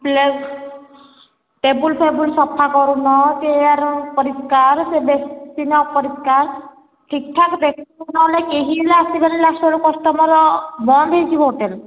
plate table ଫେବୁଲ୍ ସଫା କରୁନ ଚେୟାର୍ ଅପରିଷ୍କାର ସେ ବେସିନ୍ ଅପରିଷ୍କାର୍ ଠିକ୍ ଠାକ୍ ନ କଲେ କେହି ବି ଆସିବେନି ଲାଷ୍ଟ୍କୁ କଷ୍ଟମର୍ ବନ୍ଦ ହୋଇଯିବ ହୋଟେଲ୍